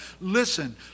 Listen